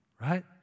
Right